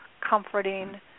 comforting